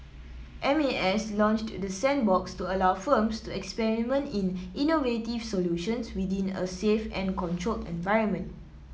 M A S launched the sandbox to allow firms to experiment in innovative solutions within a safe and controlled environment